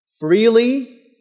Freely